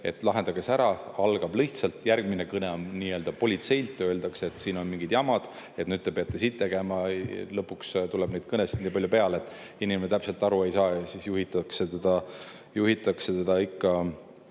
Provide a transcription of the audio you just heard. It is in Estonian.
lahendage see ära. Algab lihtsalt järgmine kõne nii-öelda politseilt, öeldakse, et siin on mingid jamad, et nüüd te peate nii tegema. Lõpuks tuleb neid kõnesid nii palju peale, et inimene täpselt aru ei saa, ja siis juhitakse teda ikka